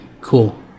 Cool